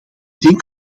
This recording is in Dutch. denk